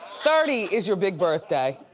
thirty is your big birthday.